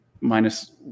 minus